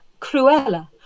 Cruella